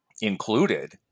included